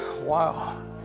Wow